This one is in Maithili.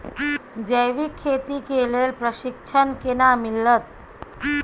जैविक खेती के लेल प्रशिक्षण केना मिलत?